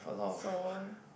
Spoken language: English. so